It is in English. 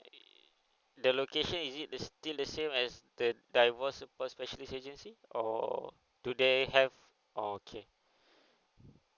the location is it the still the same as the divorce support specialist agency or do they have okay